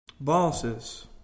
Bosses